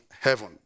heaven